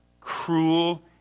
cruel